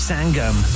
Sangam